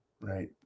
right